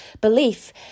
belief